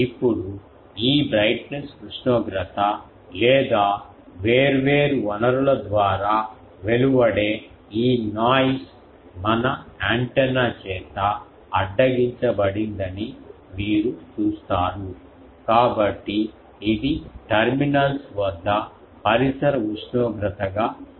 ఇప్పుడు ఈ బ్రైట్నెస్ ఉష్ణోగ్రత లేదా వేర్వేరు వనరుల ద్వారా వెలువడే ఈ నాయిస్ మన యాంటెన్నా చేత అడ్డగించబడిందని మీరు చూస్తారు కాబట్టి ఇది టెర్మినల్స్ వద్ద పరిసర ఉష్ణోగ్రతగా కనిపిస్తుంది